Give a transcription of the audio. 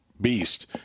beast